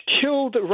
killed